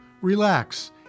relax